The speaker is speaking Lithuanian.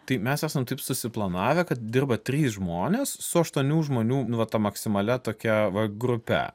tai mes esam taip susiplanavę kad dirba trys žmonės su aštuonių žmonių nu va ta maksimalia tokia va grupe